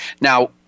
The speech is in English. Now